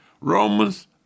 Romans